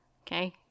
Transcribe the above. Okay